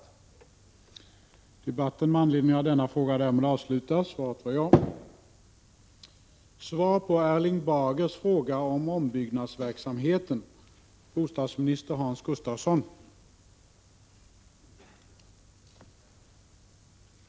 Om ombyggnadsverksamheten